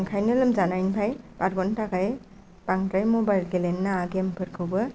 बेनिखायनो लोमजानायनिफ्राय बारग'नो थाखाय बांद्राय मबाइल गेलेनो नाङा गेम फोरखौबो